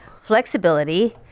flexibility